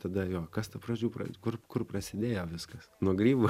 tada jo kas ta pradžių pra kur kur prasidėjo viskas nuo grybų